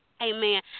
amen